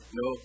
no